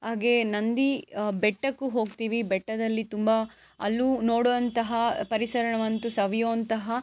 ಹಾಗೇ ನಂದಿ ಬೆಟ್ಟಕ್ಕೂ ಹೋಗ್ತೀವಿ ಬೆಟ್ಟದಲ್ಲಿ ತುಂಬ ಅಲ್ಲೂ ನೋಡೋ ಅಂತಹ ಪರಿಸರವಂತು ಸವಿಯೋಂತಹ